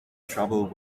trouble